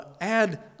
add